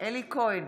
אלי כהן,